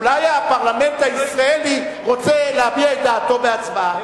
אולי הפרלמנט הישראלי רוצה להביע את דעתו בהצבעה?